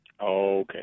Okay